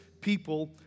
people